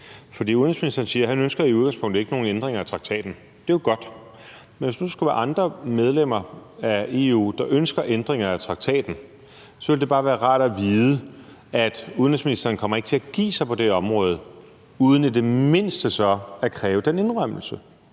For udenrigsministeren siger, at han i udgangspunktet ikke ønsker nogen ændring af traktaten, og det er jo godt, men hvis der nu skulle være andre medlemmer af EU, der ønsker ændringer af traktaten, så ville det bare være rart at vide, at udenrigsministeren ikke kommer til at give sig på det område, uden i det mindste så at kræve den indrømmelse.